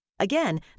Again